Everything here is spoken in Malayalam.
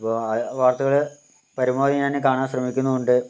അപ്പൊൾ ആ വാർത്തകൾ പരമാവധി ഞാൻ കാണാൻ ശ്രമിക്കുന്നുമുണ്ട്